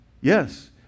Yes